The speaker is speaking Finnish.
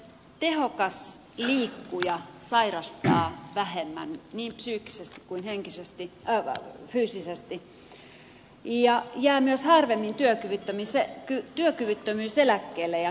tehokas liikkuja sairastaa vähemmän niin psyykkisesti kuin fyysisesti ja jää myös harvemmin työkyvyttömyyseläkkeelle ja tämä on faktaa